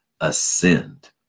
ascend